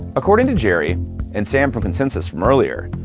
according to jerry and sam from consensys from earlier,